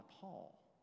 Paul